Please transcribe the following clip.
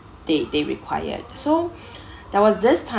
they they required so there was this time